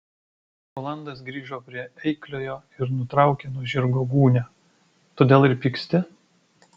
rolandas grįžo prie eikliojo ir nutraukė nuo žirgo gūnią todėl ir pyksti